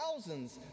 thousands